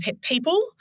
people